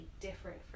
different